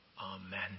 Amen